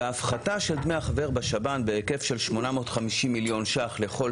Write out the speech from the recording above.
ההפחתה של דמי החבר בשב"ן בהיקף של 850 מיליון שקלים לכל